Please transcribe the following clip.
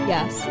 Yes